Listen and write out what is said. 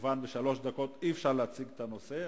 למה הצבעתם כך?